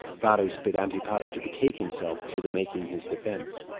varus bid antipater to betake himself to the making his defense,